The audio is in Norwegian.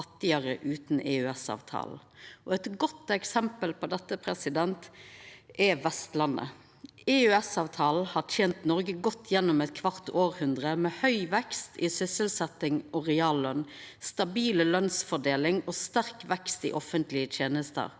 Eit godt eksempel på dette er Vestlandet. EØS-avtalen har tent Noreg godt gjennom eit kvart hundreår, med høg vekst i sysselsetjing og realløn, stabil lønsfordeling og sterk vekst i offentlege tenester.